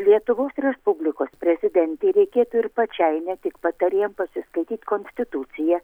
lietuvos respublikos prezidentei reikėtų ir pačiai ne tik patarėjam pasiskaityt konstituciją